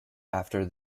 after